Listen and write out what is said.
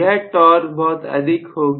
यह टॉर्क बहुत अधिक होगी